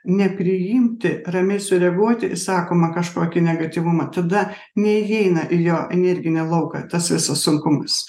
nepriimti ramiai sureaguoti į sakomą kažkokį negatyvumą tada neįeina į jo energinį lauką tas visas sunkumas